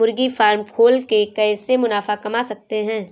मुर्गी फार्म खोल के कैसे मुनाफा कमा सकते हैं?